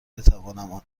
بتوانم